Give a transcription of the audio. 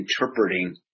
interpreting